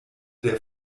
der